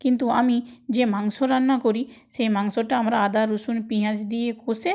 কিন্তু আমি যে মাংস রান্না করি সেই মাংসটা আমরা আদা রসুন পিঁয়াজ দিয়ে কষে